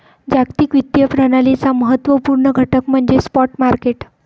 जागतिक वित्तीय प्रणालीचा महत्त्व पूर्ण घटक म्हणजे स्पॉट मार्केट